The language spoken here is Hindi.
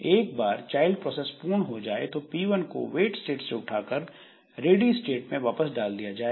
एक बार चाइल्ड प्रोसेस पूर्ण हो जाए तो P1 को वेट स्टेट से उठाकर रेडिस्टेट में वापस डाल दिया जाएगा